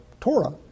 Torah